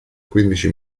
quindici